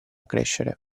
crescere